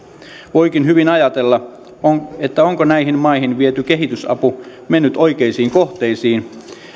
voikin hyvin ajatella että onko näihin maihin viety kehitysapu mennyt oikeisiin kohteisiin